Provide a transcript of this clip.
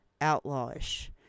outlawish